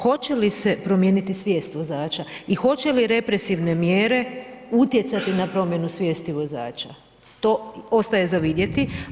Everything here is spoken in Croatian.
Hoće li se promijeniti svijest vozača i hoće li represivne mjere utjecati na promjenu svijesti vozača, to ostaje za vidjeti.